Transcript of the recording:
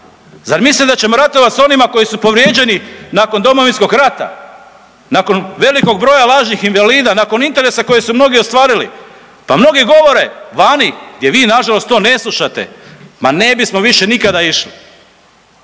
Zar mislite da ćemo ratovati sa onima koji su povrijeđeni nakon Domovinskog rata, nakon velikog broja lažnih invalida, nakon interes koje su mnogi ostvarili. Pa mnogi govore vani gdje vi na žalost to ne slušate. Ma ne bismo više nikada išli.